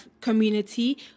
community